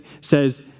says